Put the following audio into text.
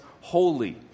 holy